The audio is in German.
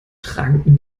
tranken